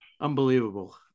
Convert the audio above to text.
unbelievable